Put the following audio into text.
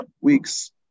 weeks